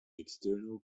external